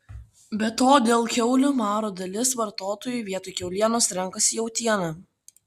be to dėl kiaulių maro dalis vartotojų vietoj kiaulienos renkasi jautieną